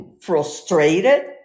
frustrated